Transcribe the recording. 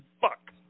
Fuck